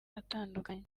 atandukanye